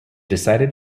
decided